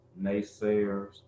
naysayers